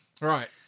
Right